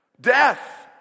Death